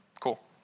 Cool